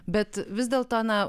bet vis dėlto na